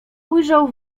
ujrzał